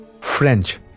French